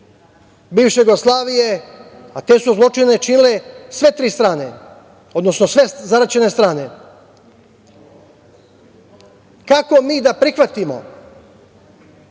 bivše Jugoslavije, a te su zločine činile sve tri strane, odnosno sve zaraćene strane. Kako mi da prihvatimo